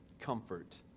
comfort